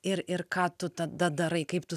ir ir ką tu tada darai kaip tu